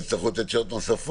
יש לפעמים הוראות בהקשרים האלה,